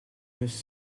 neuf